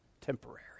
temporary